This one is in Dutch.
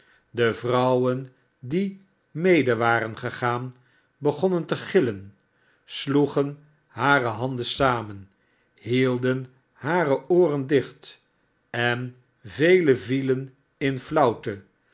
e vrouwen je mede waren gegaan begonnen te gillen f loe en hielden hare ooren dicht en velen vielen in flauwte